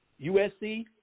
USC